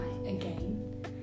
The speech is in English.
again